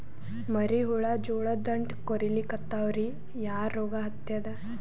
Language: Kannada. ಮರಿ ಹುಳ ಜೋಳದ ದಂಟ ಕೊರಿಲಿಕತ್ತಾವ ರೀ ಯಾ ರೋಗ ಹತ್ಯಾದ?